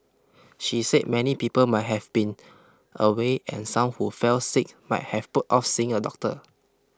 she said many people might have been away and some who fell sick might have put off seeing a doctor